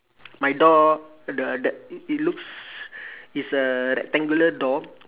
my door the the it looks it's a rectangular door